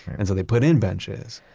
and so they put in benches.